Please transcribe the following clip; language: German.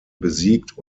besiegt